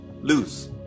lose